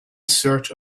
search